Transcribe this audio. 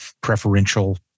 preferential